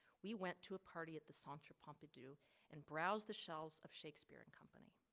we went to a party at the centre pompidou and browsed the shelves of shakespeare and company.